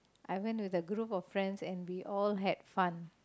I went with a group of friends and we all had fun